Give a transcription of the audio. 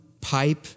pipe